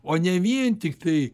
o ne vien tiktai